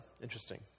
Interesting